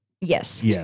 Yes